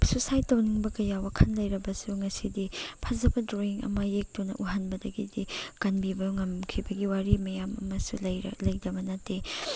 suicide ꯇꯧꯅꯤꯡꯕ ꯀꯌꯥ ꯋꯥꯈꯜ ꯂꯩꯔꯕꯁꯨ ꯉꯁꯤꯗꯤ ꯐꯖꯕ ꯗ꯭ꯔꯣꯋꯤꯡ ꯑꯃ ꯌꯦꯛꯇꯨꯅ ꯎꯍꯟꯕꯗꯒꯤꯗꯤ ꯀꯟꯕꯤ ꯉꯝꯈꯤꯕꯒꯤ ꯋꯥꯔꯤ ꯃꯌꯥꯝ ꯑꯃꯁꯨ ꯂꯩꯇꯕ ꯅꯠꯇꯦ